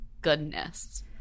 goodness